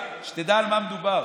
שתדע על מה מדובר.